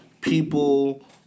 people